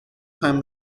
time